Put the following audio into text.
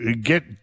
get